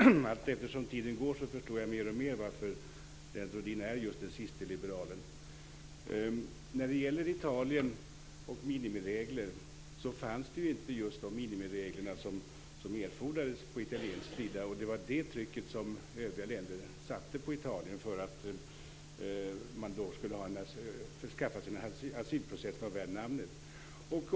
Fru talman! Allteftersom tiden går förstår jag mer och mer varför Lennart Rohdin är just den siste liberalen. När det gäller Italien fanns det på italiensk sida inte just de minimiregler som erfordrades. Det var det trycket som övriga länder satte på Italien för att Italien skulle skaffa sig en asylprocess värd namnet.